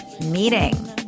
meeting